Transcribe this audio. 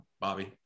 Bobby